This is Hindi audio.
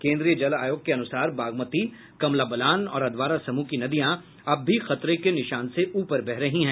केन्द्रीय जल आयोग के अनुसार बागमती कमला बलान और अधवारा समूह की नदियां अब भी खतरे के निशान से ऊपर कह रही है